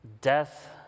death